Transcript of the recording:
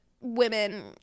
women